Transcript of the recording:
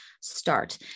start